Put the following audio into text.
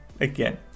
again